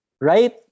Right